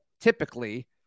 typically